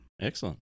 Excellent